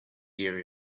hear